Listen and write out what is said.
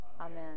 Amen